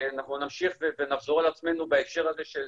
אנחנו נמשיך ונחזור על עצמנו בהקשר הזה של